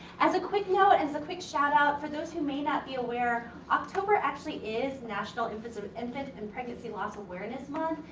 as a quick note, as a quick shout out, for those who may not be aware october actually is national infant infant and pregnancy loss awareness month.